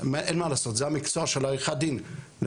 אין מה לעשות זה המקצוע של עריכת דין,